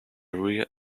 rear